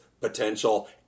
potential